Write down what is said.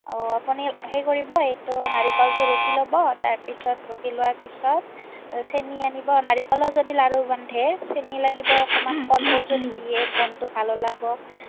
অঁ আপুনি সেই কৰিব এইটো নাৰিকলটো ৰুকি ল'ব তাৰ পিছত ৰুকি লোৱাৰ পিছত চেনী আনিব নাৰিকলৰ যদি লাৰু বান্ধে চেনী লাগিব অকণমান কৰ্পুৰ যদি দিয়ে গোন্ধটো ভাল ওলাব